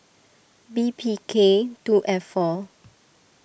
B P K two F four